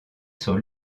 sur